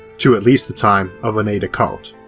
to at least the time of rene descartes,